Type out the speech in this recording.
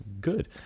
Good